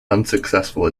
unsuccessful